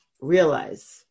realize